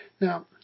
Now